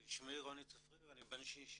שמי רוני צפריר, אני בן 65